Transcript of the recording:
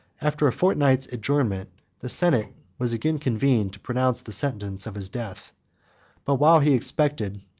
after a fortnight's adjournment, the senate was again convened to pronounce the sentence of his death but while he expected,